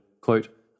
quote